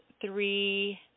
three